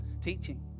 teaching